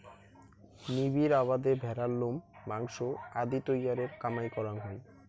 নিবিড় আবাদে ভ্যাড়ার লোম, মাংস আদি তৈয়ারের কামাই করাং হই